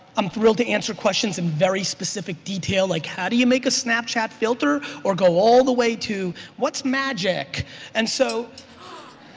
i'm thrilled to answer questions in very specific detail like how do you make a snapchat filter or go all the way to what's magic and so